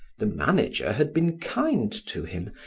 the manager had been kind to him,